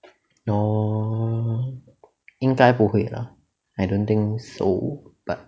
no 应该不会 lah I don't think so but